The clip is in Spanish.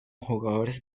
jugadores